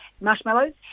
marshmallows